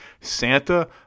Santa